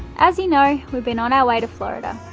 as you know, we've been on our way to florida,